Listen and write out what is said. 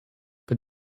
but